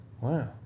Wow